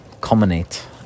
culminate